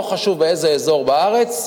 לא חשוב באיזה אזור בארץ,